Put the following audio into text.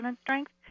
strength